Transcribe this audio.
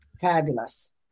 Fabulous